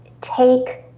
take